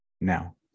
now